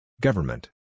Government